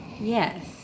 Yes